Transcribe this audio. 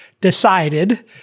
decided